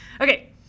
Okay